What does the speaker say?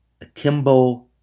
Akimbo